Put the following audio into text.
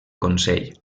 consell